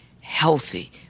healthy